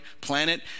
planet